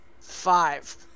Five